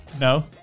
No